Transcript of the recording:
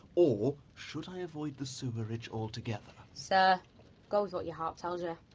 or should i avoid the sewerage altogether? so go with what your heart tells you.